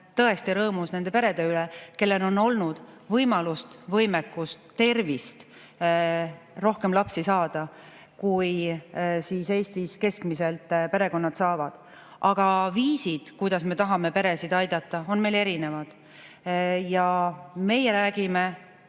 tõesti rõõmus nende perede üle, kellel on olnud võimalust, võimekust, tervist rohkem lapsi saada, kui Eestis keskmiselt perekonnad saavad. Aga viisid, kuidas me tahame peresid aidata, on meil erinevad. Ja meie räägime,